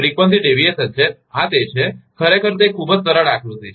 frequency deviation છે આ તે છે ખરેખર તે ખૂબ જ સરળ આકૃતિ છે